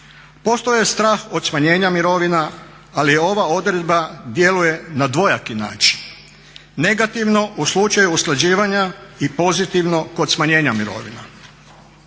Postoji strah od smanjenja mirovina, ali ova odredba djeluje na dvojaki način. Negativno u slučaju usklađivanja i pozitivno kod smanjenja mirovina.